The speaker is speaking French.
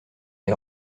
les